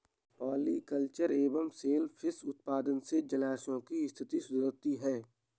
polyculture एवं shellfish उत्पादन से जलाशयों की स्थिति सुधरती है